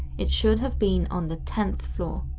it should have been on the tenth floor.